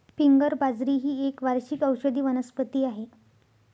finger बाजरी ही एक वार्षिक औषधी वनस्पती आहे